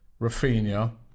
Rafinha